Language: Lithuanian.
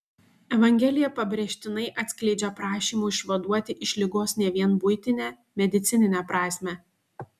evangelija pabrėžtinai atskleidžia prašymų išvaduoti iš ligos ne vien buitinę medicininę prasmę